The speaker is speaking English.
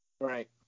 Right